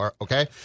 Okay